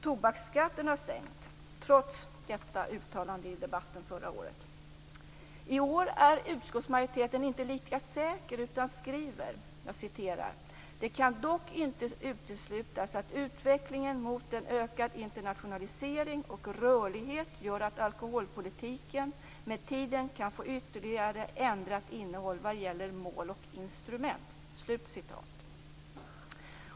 Tobaksskatten har sänkts, trots detta uttalande i debatten förra året. I år är utskottsmajoriteten inte lika säker utan skriver: "Det kan dock inte uteslutas att utvecklingen mot en ökad internationalisering och rörlighet gör att alkoholpolitiken med tiden kan få ytterligare ändrat innehåll både vad gäller mål och instrument."